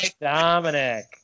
Dominic